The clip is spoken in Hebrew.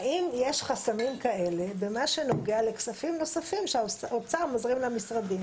האם יש חסמים כאלה במה שנוגע לכספים נוספים שהאוצר מזרים למשרדים,